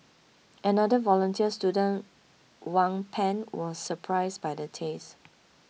another volunteer student Wang Pan was surprised by the taste